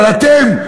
אבל אתם,